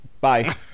Bye